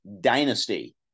dynasty